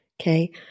Okay